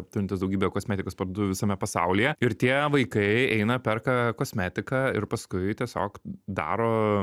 turintis daugybę kosmetikos parduotuvių visame pasaulyje ir tie vaikai eina perka kosmetiką ir paskui tiesiog daro